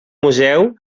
museu